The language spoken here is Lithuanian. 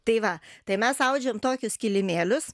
tai va tai mes audžiam tokius kilimėlius